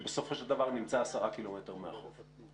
שבסופו של דבר נמצא 10 קילומטר מהחוף.